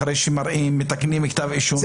אחרי שמתקנים כתב אישום,